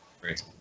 Great